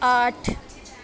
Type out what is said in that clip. آٹھ